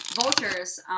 vultures